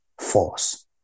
force